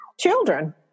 children